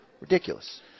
Ridiculous